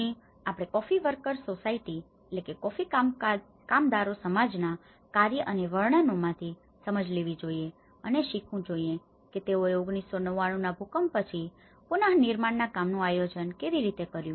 અહીં આપણે coffee workers society coffee workers society coffee કામદારો સમાજ ના કાર્યો અને વર્ણનોમાંથી સમજ લેવી જોઈએ અને શીખવું જોઈએ કે તેઓએ ૧૯૯૯ના ભૂકંપ પછી પુનનિર્માણના કામનું આયોજન કેવી રીતે કર્યું